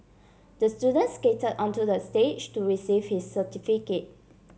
the student skate onto the stage to receive his certificate